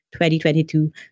2022